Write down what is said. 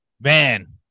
man